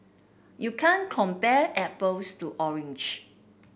you can't compare apples to orange